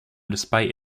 despite